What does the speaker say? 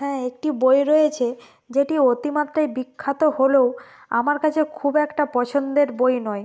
হ্যাঁ একটি বই রয়েছে যেটি অতি মাত্রায় বিখ্যাত হলেও আমার কাছে খুব একটা পছন্দের বই নয়